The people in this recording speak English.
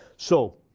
so